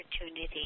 opportunity